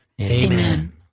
Amen